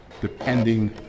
depending